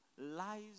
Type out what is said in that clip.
lies